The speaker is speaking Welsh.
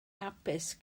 hapus